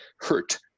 hurt